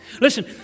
listen